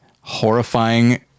horrifying